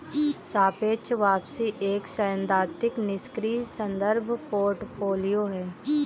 सापेक्ष वापसी एक सैद्धांतिक निष्क्रिय संदर्भ पोर्टफोलियो है